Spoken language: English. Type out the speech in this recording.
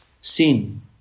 Sin